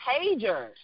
pagers